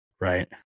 Right